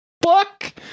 fuck